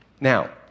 now